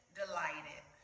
delighted